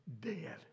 dead